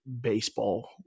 baseball